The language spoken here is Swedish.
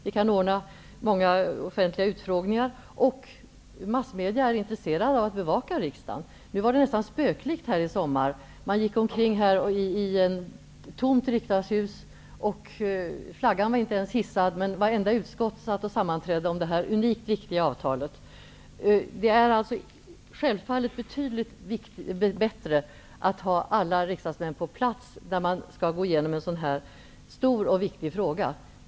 Vi kan anordna många offentliga utfrågningar. Massmedia är också intresserade av att bevaka riksdagen. Det var nästan spöklikt här i somras, när vi gick omkring i ett tomt riksdagshus. Flaggan var inte ens hissad, men varje utskott satt i sammanträden om det här unikt viktiga avtalet. Det är självfallet betydligt bättre att ha alla riksdagsmän på plats när man skall gå igenom en så här stor och viktig fråga.